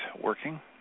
working